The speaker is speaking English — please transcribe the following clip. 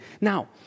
Now